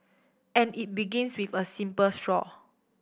and it begins with a simple straw